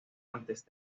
antes